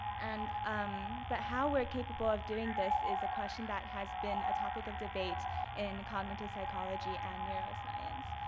and um but how we're capable of doing this is a question that has been a topic of debate in the cognitive psychology and neuroscience.